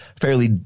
fairly